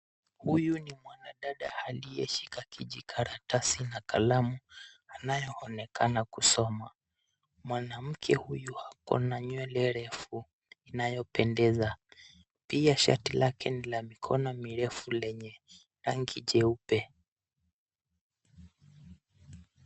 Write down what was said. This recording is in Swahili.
Huyu ni mwanadada aliyeshika kijikaratasi na kalamu anayeonekana kusoma. Mwanamke huyu ako na nywele refu inayopendeza. Pia shati lake ni la mikono mirefu lenye rangi jeupe.